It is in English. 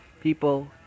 people